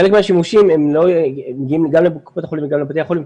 חלק מהשימושים מגיעים גם לקופות החולים וגם לבתי החולים,